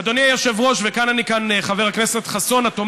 אגב, עד לאחרונה הרשות